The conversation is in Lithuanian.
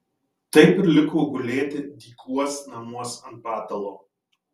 taip ir liko gulėti dykuos namuos ant patalo